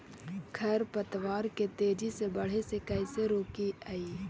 खर पतवार के तेजी से बढ़े से कैसे रोकिअइ?